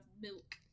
milk